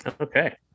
okay